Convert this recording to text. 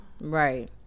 Right